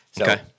Okay